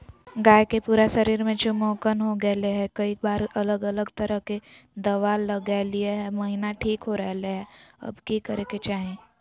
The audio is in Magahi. गाय के पूरा शरीर में चिमोकन हो गेलै है, कई बार अलग अलग तरह के दवा ल्गैलिए है महिना ठीक हो रहले है, अब की करे के चाही?